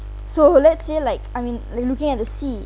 so let's say like I mean like looking at the sea